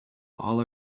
all